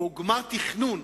או גמר תכנון,